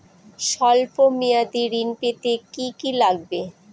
সল্প মেয়াদী ঋণ পেতে কি কি লাগবে?